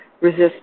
resist